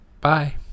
Bye